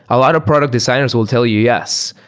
a lot of product designers will tell you yes.